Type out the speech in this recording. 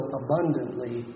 abundantly